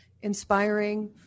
inspiring